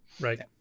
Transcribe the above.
Right